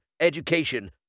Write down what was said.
education